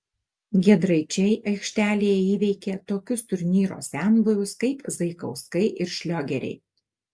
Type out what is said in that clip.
giedraičiai aikštelėje įveikė tokius turnyro senbuvius kaip zaikauskai ir šliogeriai